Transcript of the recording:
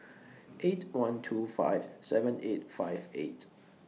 eight one two five seven eight five eight